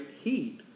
heat